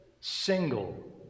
single